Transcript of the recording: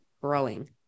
growing